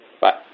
Bye